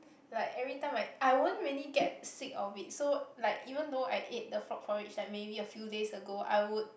like every time I I won't really get sick of it so like even though I ate the frog porridge like maybe a few days ago I would